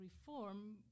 reform